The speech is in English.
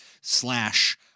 slash